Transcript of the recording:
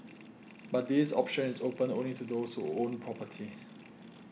but this option is open only to those who own property